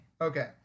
Okay